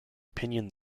opinion